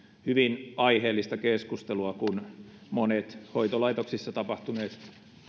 hyvin aiheellista keskustelua kun monet hoitolaitoksissa tapahtuneet